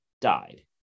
died